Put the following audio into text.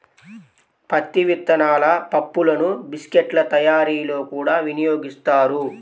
పత్తి విత్తనాల పప్పులను బిస్కెట్ల తయారీలో కూడా వినియోగిస్తారు